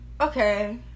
okay